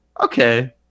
okay